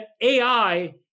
AI